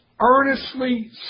Earnestly